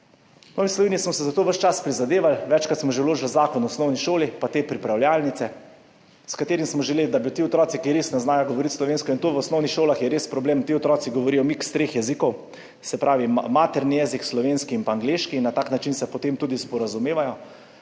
V Novi Sloveniji smo si za to ves čas prizadevali, večkrat smo že vložili Zakon o osnovni šoli in te pripravljalnice, s katerim smo želeli, da bi ti otroci, ki res ne znajo govoriti slovensko, to je v osnovnih šolah res problem, ti otroci govorijo miks treh jezikov, se pravi materni jezik, slovenski in angleški in na tak način se potem tudi sporazumevajo.